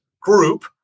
group